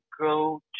go